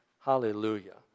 Hallelujah